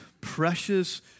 precious